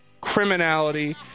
criminality